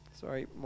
Sorry